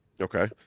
Okay